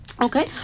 Okay